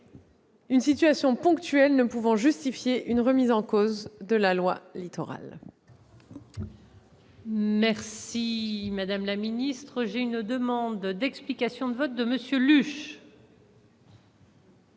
une situation ponctuelle ne pouvant justifier une remise en cause de la loi Littoral.